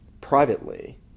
privately